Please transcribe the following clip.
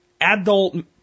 adult